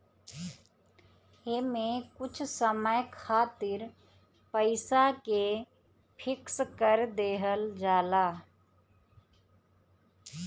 एमे कुछ समय खातिर पईसा के फिक्स कर देहल जाला